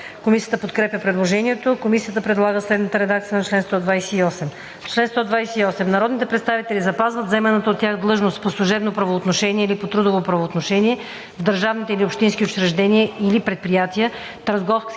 Комисията подкрепя по принцип текста и предлага следната редакция на чл. 128: „Чл. 128. Народните представители запазват заеманата от тях длъжност по служебно правоотношение или по трудово правоотношение в държавните или общинските учреждения или предприятия, търговските